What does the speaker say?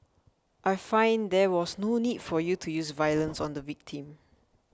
I find there was no need for you to use violence on the victim